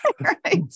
Right